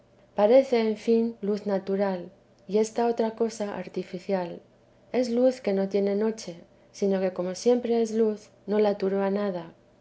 parece en fin luz natural y esta otra cosa artificial es luz que no tiene noche sino que como siempre es luz no la turba nada